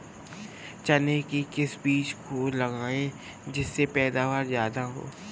चने के किस बीज को लगाएँ जिससे पैदावार ज्यादा हो?